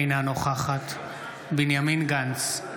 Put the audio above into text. אינה נוכחת בנימין גנץ,